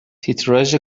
تیتراژ